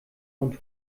und